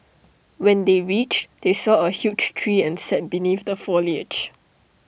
when they reached they saw A huge tree and sat beneath the foliage